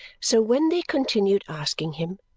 so when they continued asking him,